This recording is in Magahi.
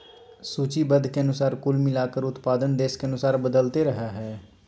सूचीबद्ध के अनुसार कुल मिलाकर उत्पादन देश के अनुसार बदलते रहइ हइ